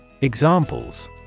Examples